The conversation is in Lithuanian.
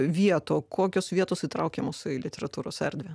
vietų kokios vietos įtraukiamos į literatūros erdvę